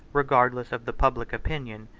regardless of the public opinion,